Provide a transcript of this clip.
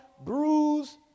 bruised